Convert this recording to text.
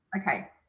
Okay